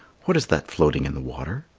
what is that floating in the water?